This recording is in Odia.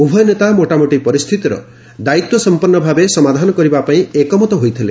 ଉଭୟ ନେତା ମୋଟାମୋଟି ପରିସ୍ଥିତିର ଦାୟିତ୍ୱସମ୍ପନ୍ନଭାବେ ସହ ସମାଧାନକରିବା ପାଇଁ ଏକମତ ହୋଇଥିଲେ